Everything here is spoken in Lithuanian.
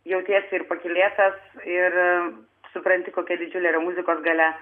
jautiesi ir pakylėtas ir supranti kokia didžiulė yra muzikos galia